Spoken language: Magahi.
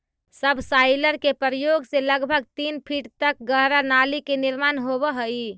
सबसॉइलर के प्रयोग से लगभग तीन फीट तक गहरा नाली के निर्माण होवऽ हई